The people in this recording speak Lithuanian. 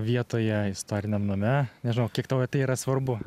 vietoje istoriniam name nežinau kiek tau tai yra svarbu